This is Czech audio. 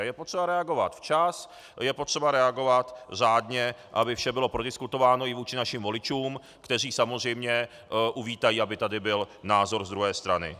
Je potřeba reagovat včas, je potřeba reagovat řádně, aby vše bylo prodiskutováno i vůči našim voličům, kteří samozřejmě uvítají, aby tady byl názor z druhé strany.